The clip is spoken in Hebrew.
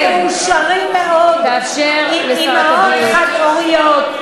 ויש ילדים שהם מאושרים מאוד, עם אימהות חד-הוריות,